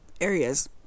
areas